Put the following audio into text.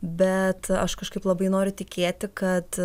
bet aš kažkaip labai noriu tikėti kad